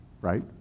right